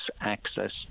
access